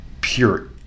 pure